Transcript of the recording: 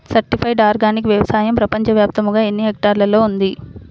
Certified organic వ్యవసాయం ప్రపంచ వ్యాప్తముగా ఎన్నిహెక్టర్లలో ఉంది?